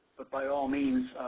but by all means,